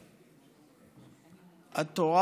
תודה, היושב-ראש.